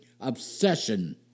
obsession